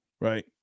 right